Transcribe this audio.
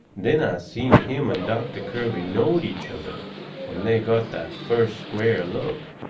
then i seen him and doctor kirby knowed each other when they got that first square look.